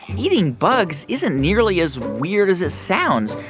and eating bugs isn't nearly as weird as it sounds.